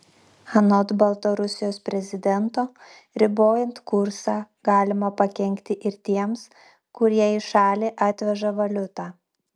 anot baltarusijos prezidento ribojant kursą galima pakenkti ir tiems kurie į šalį atveža valiutą